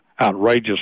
outrageous